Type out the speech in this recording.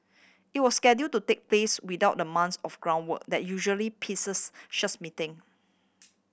it was schedule to take place without the months of groundwork that usually precedes such meeting